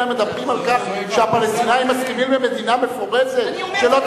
מדברים על כך שהפלסטינים מסכימים למדינה מפורזת שלא,